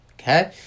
Okay